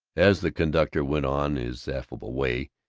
as the conductor went on his affable way,